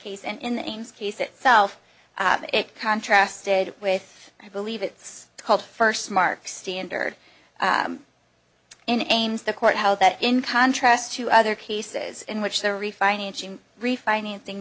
ames case itself it contrasts did with i believe it's called first mark standard in ames the court how that in contrast to other cases in which the refinancing refinancing